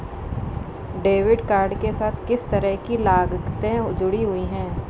Debit card के साथ किस तरह की लागतें जुड़ी हुई हैं?